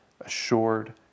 assured